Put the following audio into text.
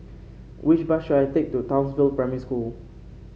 which bus should I take to Townsville Primary School